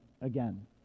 again